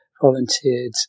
volunteered